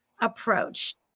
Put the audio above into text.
approach